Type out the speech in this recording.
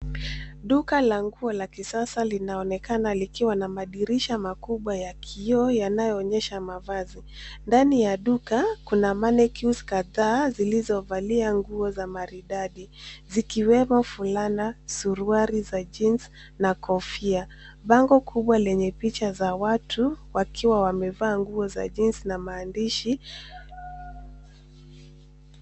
Duka la nguo la kisasa linaonekana likiwa na madirisha makubwa ya kioo yanayoonyesha mavazi. Ndani ya duka, kuna mannequins kadhaa zilizovalia nguo za maridadi, zikiwemo: fulana, suruali za jeans na kofia. Bango kubwa lenye picha za watu wakiwa wamevaa nguo za jeans na maandishi.